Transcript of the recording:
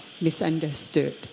misunderstood